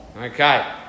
Okay